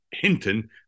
Hinton